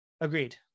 Agreed